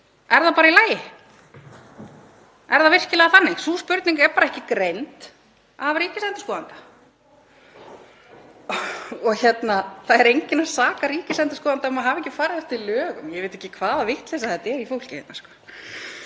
Er það bara í lagi? Er það virkilega þannig? Sú spurning er bara ekki greind af ríkisendurskoðanda. Það sakar enginn ríkisendurskoðanda um að hafa ekki farið að lögum. Ég veit ekki hvaða vitleysa þetta er í fólki hérna.